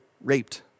raped